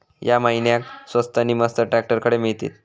या महिन्याक स्वस्त नी मस्त ट्रॅक्टर खडे मिळतीत?